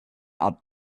out